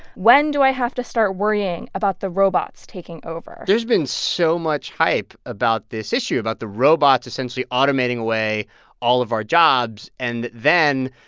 when do i have to start worrying about the robots taking over? there's been so much hype about this issue, about the robots essentially automating away all of our jobs, and then,